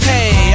Hey